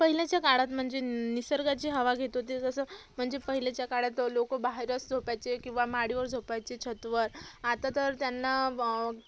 पहिलेच्या काळात म्हणजे निसर्गाची हवा घेत होते जसं म्हणजे पहिलेच्या काळात लोक बाहेरच झोपायचे किवा माडीवर झोपायचे छतावर आता तर त्यांना